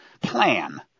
plan